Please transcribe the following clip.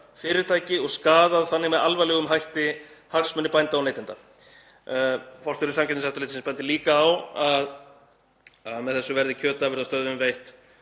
einokunarfyrirtæki og skaðað þannig með alvarlegum hætti hagsmuni bænda og neytenda.“ Forstjóri Samkeppniseftirlitsins bendir líka á að með þessu verði kjötafurðastöðvum veitt